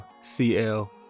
CL